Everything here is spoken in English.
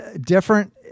different